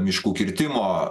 miškų kirtimo